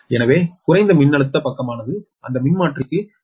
எனவே குறைந்த மின்னழுத்த பக்கமானது அந்த மின்மாற்றிக்கு 32 KV